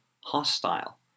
hostile